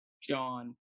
John